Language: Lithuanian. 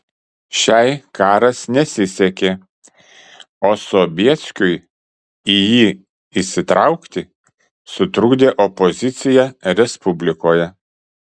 šiai karas nesisekė o sobieskiui į jį įsitraukti sutrukdė opozicija respublikoje